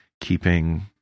keeping